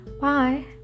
bye